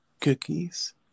cookies